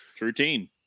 routine